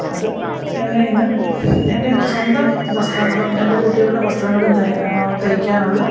അത് എന്നെ ഇന്ന് എൻ്റെ സ്വന്തം വസ്ത്രങ്ങളും എൻ്റെ കുട്ടികളുടെ വസ്ത്രങ്ങളും തയ്ക്കാനുള്ള